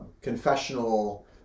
confessional